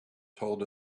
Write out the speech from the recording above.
told